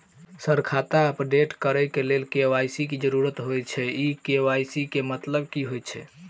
Sir खाता update करऽ लेल के.वाई.सी की जरुरत होइ छैय इ के.वाई.सी केँ मतलब की होइ छैय?